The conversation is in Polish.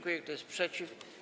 Kto jest przeciw?